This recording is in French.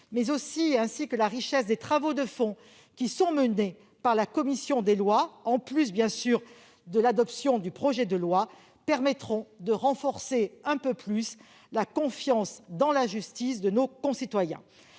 Larcher, ainsi que la richesse des travaux de fond menés par la commission des lois, en plus de l'adoption de ce projet de loi, permettront de renforcer un peu plus la confiance dans la justice de nos concitoyens.